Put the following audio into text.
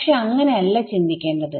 പക്ഷെ അങ്ങനെ അല്ല ചിന്തിക്കേണ്ടത്